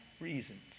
reasons